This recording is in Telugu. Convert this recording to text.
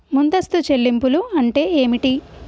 ముందస్తు చెల్లింపులు అంటే ఏమిటి?